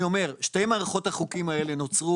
אני אומר שתי מערכות החוקים האלה נוצרו,